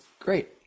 Great